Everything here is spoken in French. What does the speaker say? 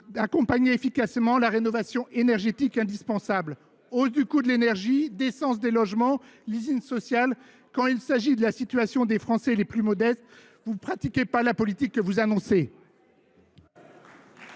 qu’accompagner efficacement la rénovation indispensable du parc locatif. Hausse des coûts de l’énergie, décence des logements, social : quand il s’agit de la situation des Français les plus modestes, vous ne pratiquez pas la politique que vous annoncez